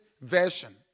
Version